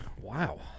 Wow